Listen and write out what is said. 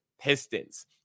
Pistons